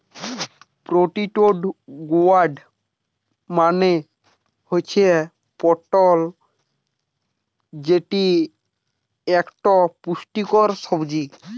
pointed gourd মানে হতিছে পটল যেটি একটো পুষ্টিকর সবজি